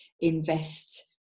invest